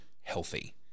healthy